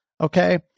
Okay